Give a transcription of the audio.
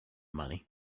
money